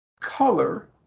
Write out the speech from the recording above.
color